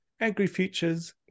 AgriFutures